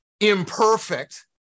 imperfect